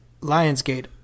Lionsgate